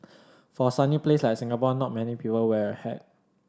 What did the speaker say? for a sunny place like Singapore not many people wear a hat